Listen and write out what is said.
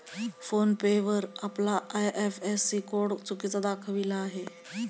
phone पे वर आपला IFSC code चुकीचा दाखविला आहे